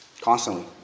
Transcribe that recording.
constantly